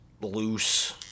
loose